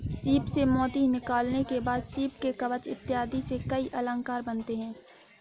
सीप से मोती निकालने के बाद सीप के कवच इत्यादि से कई अलंकार बनते हैं